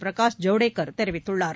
பிரகாஷ் ஜவ்டேகர் தெரிவித்துள்ளார்